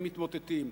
הם מתמוטטים.